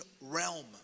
realm